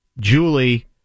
Julie